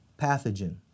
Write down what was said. pathogen